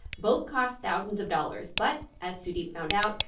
both cost thousands of dollars, but as sudeep found out,